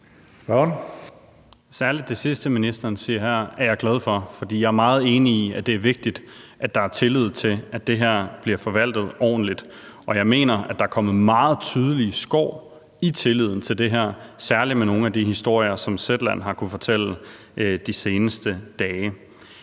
Særlig det sidste, ministeren siger her, er jeg glad for. For jeg er meget enig i, at det er vigtigt, at der er tillid til, at det her bliver forvaltet ordentligt, og jeg mener også, at der er kommet meget tydelige skår i tilliden til det her, særlig med nogle af de historier, som Zetland har kunnet fortælle de seneste dage.